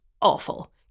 awful